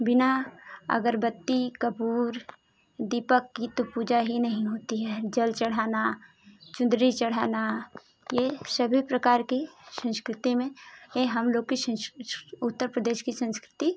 बिना अगरबत्ती कपूर दीपक की तो पूजा ही नहीं होती है जल चढ़ाना चुंदरी चढ़ाना ये सभी प्रकार के संस्कृति में ये हम लोग की उत्तर प्रदेश की संस्कृति